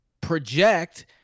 project